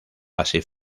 así